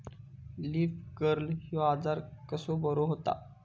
Leaf curl ह्यो आजार कसो बरो व्हता?